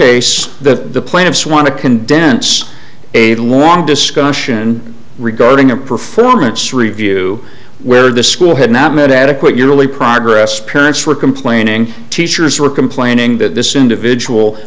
case the plaintiffs want to condense a long discussion regarding their performance review where the school had not met adequate yearly progress parents were complaining teachers were complaining that this individual